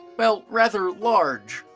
well, rather large.